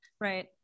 right